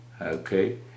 okay